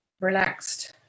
relaxed